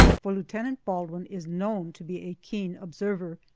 for lieutenant baldwin is known to be a keen observer,